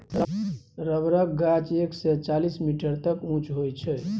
रबरक गाछ एक सय चालीस मीटर तक उँच होइ छै